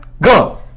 go